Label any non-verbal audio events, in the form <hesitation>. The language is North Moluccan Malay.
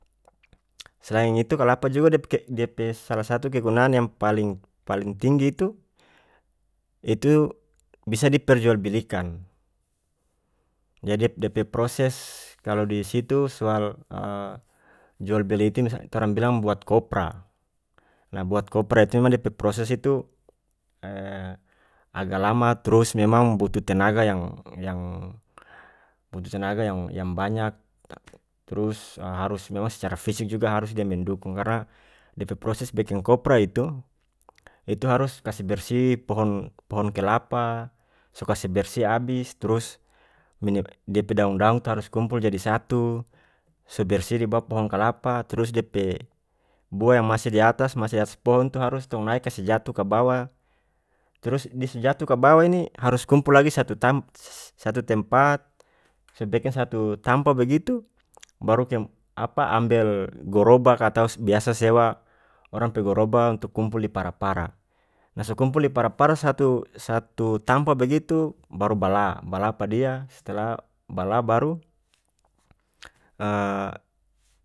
Selain itu kalapa juga dia <unintelligible> dia pe salah satu kegunaan yang paling-paling tinggi itu-itu bisa diperjualbelikan yah dia-dia pe proses kalu di situ soal <hesitation> jual beli itu misal torang bilang buat kopra nah buat kopra itu memang dia pe proses itu <hesitation> agak lama trus memang butuh tenaga yang-yang butuh tenaga yang-yang banyak trus harus memang secara fisik juga harus dia mendukung karena dia pe proses bekeng kopra itu-itu harus kase bersih pohon-pohon kelapa so kase bersih abis trus <unintelligible> dia pe daun daun tu harus kumpul jadi satu se bersih di bawa pohon kalapa trus dia pe buah yang masih di atas masih atas pohon tu harus tong nae kase jatuh kabawa trus dia so jatuh kabawa ini harus kumpul lagi satu <unintelligible> satu tempat so dekat satu tampa begitu baru itu yang apa ambel goroba <unintelligible> biasa sewa orang pe goroba untuk kumpul di para para nah so kumpul di para para satu-satu tampa begitu baru bala-bala pa dia setelah bala baru. <hesitation>